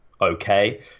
okay